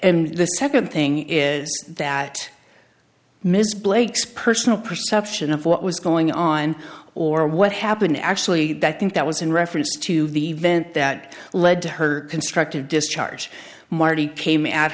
and the second thing is that mrs blake's personal perception of what was going on or what happened actually i think that was in reference to the event that led to her constructive discharge marty came at